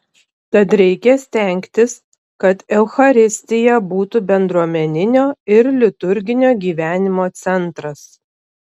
tad reikia stengtis kad eucharistija būtų bendruomeninio ir liturginio gyvenimo centras